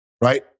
right